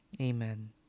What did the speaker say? Amen